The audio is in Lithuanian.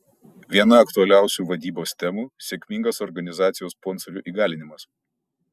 viena aktualiausių vadybos temų sėkmingas organizacijos sponsorių įgalinimas